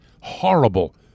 horrible